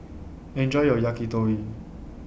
Enjoy your Yakitori